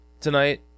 tonight